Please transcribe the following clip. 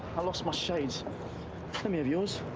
i lost my shades me have yours.